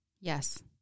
Yes